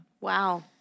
Wow